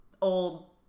old